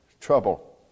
trouble